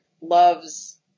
loves